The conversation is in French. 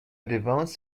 devance